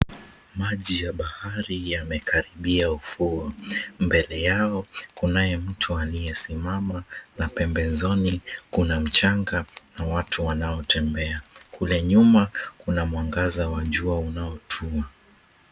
Maji ya bahari yamekaribia ufuo mbele yao kunaye mtu aliye simama pembezoni kuna mchanga na watu wanaotembea kule nyuma kuna mwangaza wa jua unao tua.